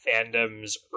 fandom's